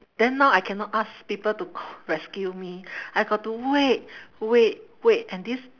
then now I cannot ask people to ca~ rescue me I got to wait wait wait and these